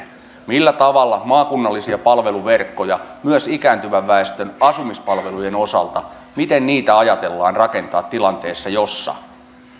millä tavalla maakunnallisia palveluverkkoja myös ikääntyvän väestön asumispalvelujen osalta ajatellaan rakentaa tilanteessa jossa tapahtuu